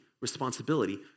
responsibility